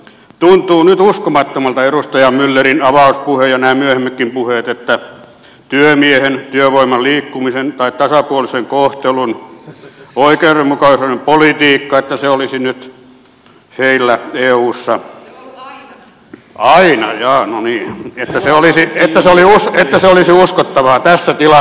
tuntuu nyt uskomattomalta edustaja myllerin avauspuhe ja nämä myöhemmätkin puheet että työmiehen työvoiman liikkumisen tai tasapuolisen kohtelun oikeudenmukaisuuden politiikka olisi nyt heillä eussa aina jaa no niin ja että se olisi uskottavaa tässä tilanteessa